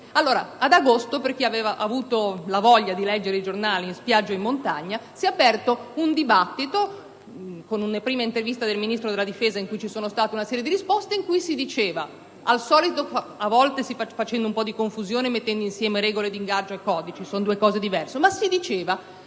Ebbene, ad agosto, per chi ha avuto la voglia di leggere i giornali in spiaggia o in montagna, si è aperto un dibattito, con una prima intervista del Ministro della difesa cui è seguita una serie di risposte, nelle quali si diceva (talvolta facendo un po' di confusione e mettendo insieme regole di ingaggio e codici militari, che sono due cose diverse) che la